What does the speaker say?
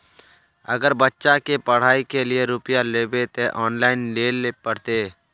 अगर बच्चा के पढ़ाई के लिये रुपया लेबे ते ऑनलाइन लेल पड़ते?